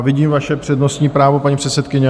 Vidím vaše přednostní právo, paní předsedkyně.